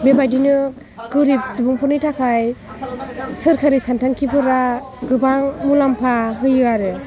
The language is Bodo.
बेबायदिनो गोरिब सुबुंफोरनि थाखाय सोरखारनि सानथांखिफोरा गोबां मुलाम्फा होयो आरो